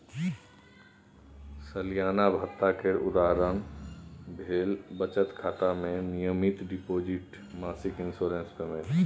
सलियाना भत्ता केर उदाहरण भेलै बचत खाता मे नियमित डिपोजिट, मासिक इंश्योरेंस पेमेंट